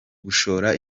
gushora